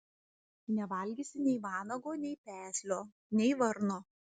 nevalgysi nei vanago nei peslio nei varno